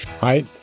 hi